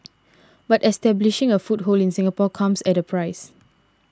but establishing a foothold in Singapore comes at a price